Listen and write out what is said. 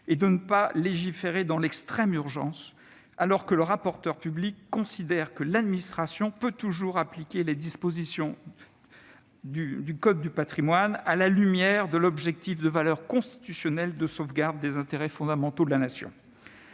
et de ne pas légiférer dans l'extrême urgence alors que le rapporteur public considère que l'administration peut toujours appliquer les dispositions du code du patrimoine « à la lumière de l'objectif de valeur constitutionnelle de sauvegarde des intérêts fondamentaux de la Nation